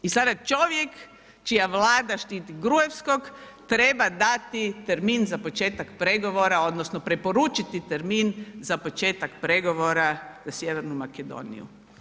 I sada čovjek čija vlada štiti Gruevskog treba dati termin za početak pregovora odnosno preporučiti termin za početak pregovora za Sjevernu Makedoniju.